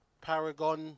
Paragon